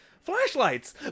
flashlights